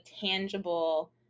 tangible